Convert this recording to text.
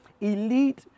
elite